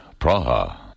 Praha